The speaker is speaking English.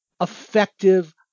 effective